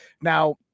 Now